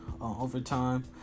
overtime